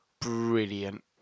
brilliant